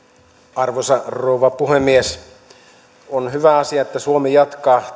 arvoisa rouva puhemies on hyvä asia että suomi jatkaa